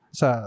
sa